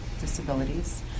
disabilities